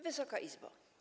Wysoka Izbo!